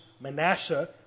Manasseh